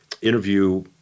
interview